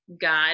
God